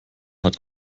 hat